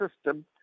system